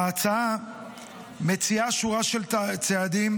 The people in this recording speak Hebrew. ההצעה מציעה שורה של צעדים,